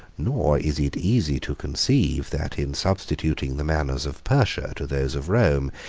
nor is it easy to conceive, that in substituting the manners of persia to those of rome,